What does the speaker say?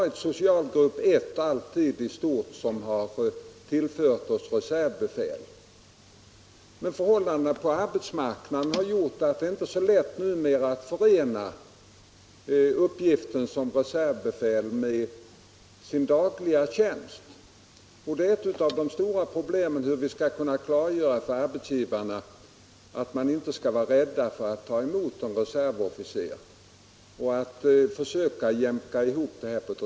I stort sett har det alltid varit socialgrupp 1 som har tillfört oss reservbefäl, men förhållandena på arbetsmarknaden har nu ändrats så att det inte är lika lätt att förena uppgiften som reservbefäl med ett civilt arbete. Och ett av de stora problemen är just hur vi skall kunna klargöra för arbetsgivarna att de inte skall vara rädda för att anställa en reservofficer och hur vi skall kunna jämka ihop intressena.